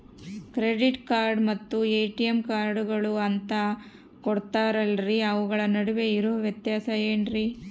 Credit card ಮತ್ತ ATM ಕಾರ್ಡುಗಳು ಅಂತಾ ಕೊಡುತ್ತಾರಲ್ರಿ ಅವುಗಳ ನಡುವೆ ಇರೋ ವ್ಯತ್ಯಾಸ ಏನ್ರಿ?